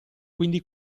quindi